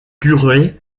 curés